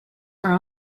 are